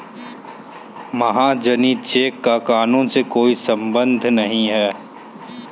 महाजनी चेक का कानून से कोई संबंध नहीं है